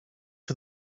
for